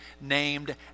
named